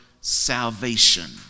salvation